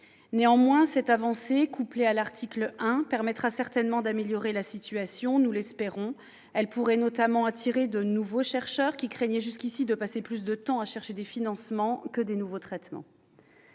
Néanmoins, cette avancée, couplée à celle de l'article 1, permettra certainement d'améliorer la situation ; nous l'espérons. Elle pourrait notamment attirer de nouveaux chercheurs, qui craignaient jusqu'ici de passer plus de temps à chercher des financements que de nouveaux traitements.